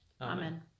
Amen